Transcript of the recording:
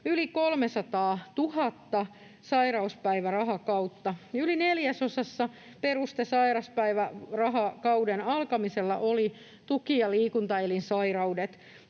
yli 300 000 sairauspäivärahakautta. Yli neljäsosassa peruste sairauspäivärahakauden alkamiselle olivat tuki- ja liikuntaelinsairaudet.